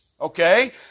Okay